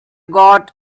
got